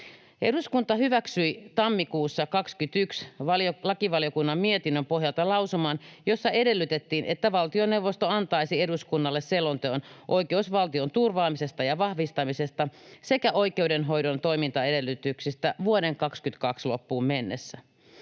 Eduskunta hyväksyi tammikuussa 21 lakivaliokunnan mietinnön pohjalta lausuman, jossa edellytettiin, että valtioneuvosto antaisi eduskunnalle selonteon oikeusvaltion turvaamisesta ja vahvistamisesta sekä oikeudenhoidon toimintaedellytyksistä vuoden 22 loppuun mennessä.